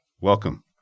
welcome